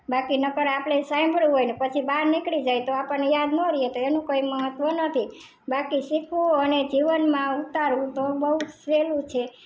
બાકી નકર આપણે સાંભળ્યું હોય ને પછી બહાર નીકળી જઈએ તો આપણને યાદ ન રહે તો એનું કંઇ મહત્વ નથી બાકી શીખવું અને જીવનમાં ઉતારવું તો બઉ સહેલું છે